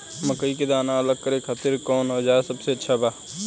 मकई के दाना अलग करे खातिर कौन औज़ार सबसे अच्छा बा?